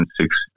six